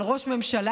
של ראש ממשלה,